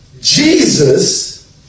Jesus